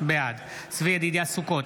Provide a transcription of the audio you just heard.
בעד צבי ידידיה סוכות,